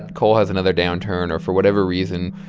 coal has another downturn, or for whatever reason,